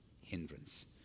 hindrance